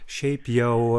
šiaip jau